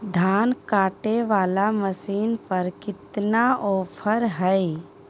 धान कटे बाला मसीन पर कितना ऑफर हाय?